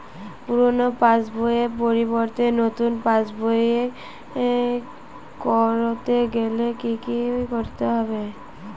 পুরানো পাশবইয়ের পরিবর্তে নতুন পাশবই ক রতে গেলে কি কি করতে হবে?